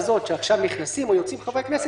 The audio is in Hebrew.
זה שנכנסים או יוצאים חברי כנסת.